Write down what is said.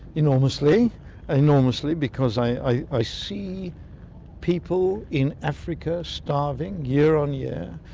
enormously enormously because i i see people in africa starving, year on yeah